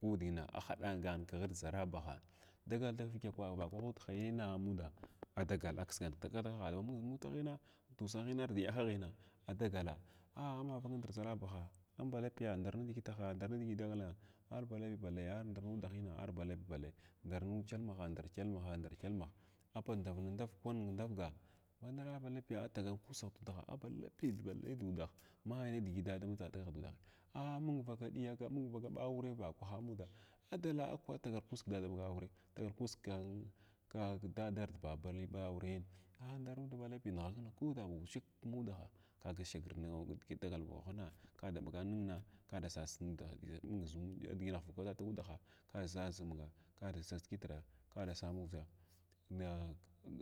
udina ahaɗgan kghr da zara bahagha dagal da vdya vakwah nud hanina a mudaa adagal a ksgant ma ba ghala nutaghina dusaghina arda yahaghini adagala a amavang ndara zarabaha, amba lapiya? Nda nidigitaha ndar nidigi dagalaa ar balapi balayya ndar nudahinana? Arba lapi bakyya ndar kyelmahaa ndar kyelmahaa ndar kyelmahaa a bn ndavna ndarga kwan kin ndavga ndaraa, ba lapiya a tagar kussaha a ba lapiya layya du udah may ni digiti da dama ta takagh dudagh a a mung vaka ɗiya mung vaka aure vakwah amuda aɗala a tagar kuss ki dadaɓa aure atagar kuss ki ki dadav da babaliɓa aurayina a ndar nud ba lapiy nigha nigh kuda wushig mudaha kaga shagr ni nidigi agal vakwahna ka adaɓagan nin naa ka dasas nudah adaɓagan nin a a ka dasas nudah mu zumuɗiyagh ɗiginah vaka tatakudaha kazazumga kada sas kitraa ka dasas muʒha ni